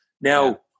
Now